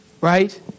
right